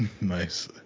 Nice